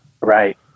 right